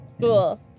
Cool